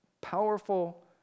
powerful